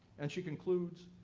and she concludes,